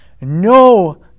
no